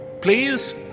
please